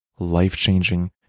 life-changing